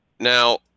Now